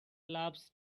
loves